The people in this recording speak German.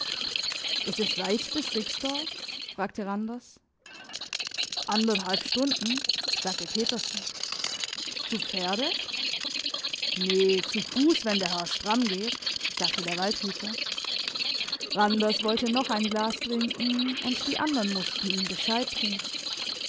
ist es weit bis rixdorf fragte randers anderthalb stunden sagte petersen zu pferde ne zu fuss wenn der herr stramm geht sagte der waldhüter randers wollte noch ein glas trinken und die andern mussten ihm bescheid tun